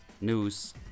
news